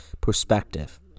perspective